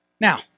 Now